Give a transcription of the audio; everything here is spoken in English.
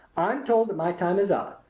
i'm told that my time is up.